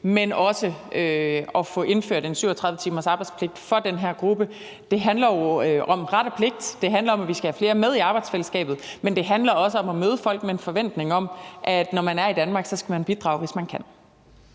men også at få indført en 37-timersarbejdspligt for den her gruppe. Det handler jo om ret og pligt, det handler om, at vi skal have flere med i arbejdsfællesskabet, men det handler også om at møde folk med en forventning om, at når man er i Danmark, skal man bidrage, hvis man kan.